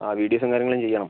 ആ വീഡിയോസും കാര്യങ്ങളും ചെയ്യണം